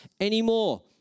anymore